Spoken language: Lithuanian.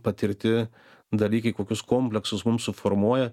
patirti dalykai kokius kompleksus mum suformuoja